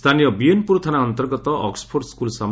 ସ୍ରାନୀୟ ବିଏନପୁର ଥାନା ଅନ୍ତର୍ଗତ ଅକ୍ଫୋର୍ଡ ସ୍କୁଲ୍ ସାମ୍